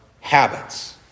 habits